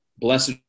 Blessed